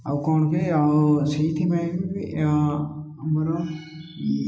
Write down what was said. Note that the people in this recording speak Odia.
ଆଉ କ'ଣ କି ଆଉ ସେଇଥିପାଇଁ ବି ବି ଆମର